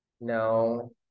No